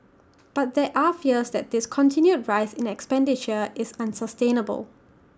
but there are fears that this continued rise in expenditure is unsustainable